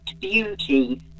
beauty